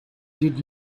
did